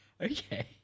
Okay